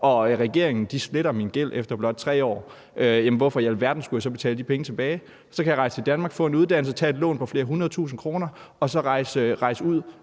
og regeringen sletter min gæld efter blot 3 år, hvorfor i alverden skulle jeg så betale de penge tilbage? Så kan jeg rejse til Danmark, få en uddannelse, tage et lån på flere hundredetusinde kroner, rejse ud